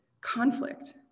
conflict